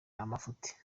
amafuti